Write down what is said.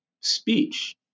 speech